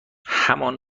همان